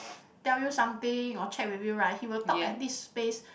tell you something or chat with you right he will talk at this pace